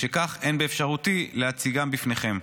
ומשכך אין באפשרותי להציגם בפניכם.